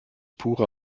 pure